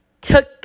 took